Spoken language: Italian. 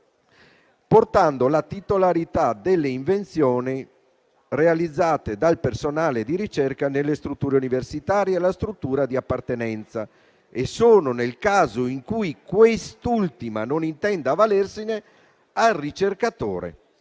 portando la titolarità delle invenzioni realizzate dal personale di ricerca nelle strutture universitarie alla struttura di appartenenza e, solo nel caso in cui quest'ultima non intenda avvalersene, al ricercatore.